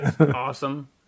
awesome